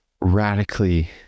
radically